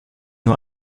nur